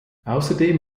außerdem